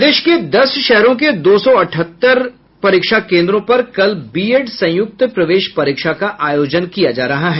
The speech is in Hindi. प्रदेश के दस शहरों के दो सौ अठहत्तर परीक्षा केंद्रों पर कल बीएड संयुक्त प्रवेश परीक्षा का आयोजन किया जा रहा है